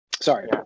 Sorry